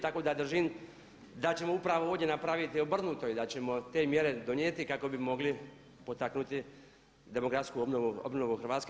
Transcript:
Tako da držim da ćemo upravo ovdje napraviti obrnuto i da ćemo te mjere donijeti kako bi mogli potaknuti demografsku obnovu Hrvatske.